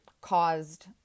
caused